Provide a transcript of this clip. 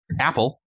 Apple